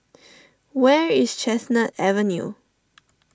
where is Chestnut Avenue